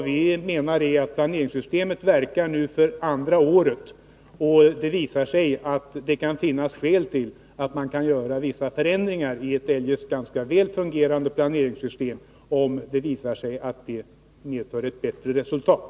Vi menar att planeringssystemet nu är i funktion för andra året i följd, och det kan finnas skäl att göra vissa förändringar i ett eljest ganska väl fungerande system om det visar sig att förändringarna skulle leda till ett bättre resultat.